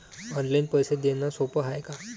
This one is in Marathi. ऑनलाईन पैसे देण सोप हाय का?